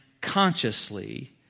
consciously